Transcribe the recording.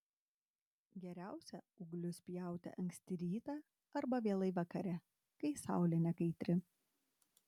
geriausia ūglius pjauti anksti rytą arba vėlai vakare kai saulė nekaitri